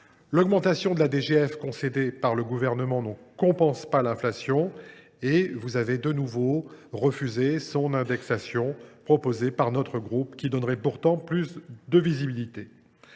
L’augmentation de la DGF concédée par le Gouvernement ne compense pas l’inflation, et vous avez de nouveau refusé l’indexation proposée par notre groupe, alors que celle ci donnerait davantage de visibilité.